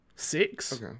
Six